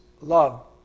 love